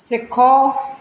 सिखो